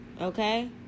Okay